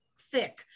thick